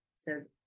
says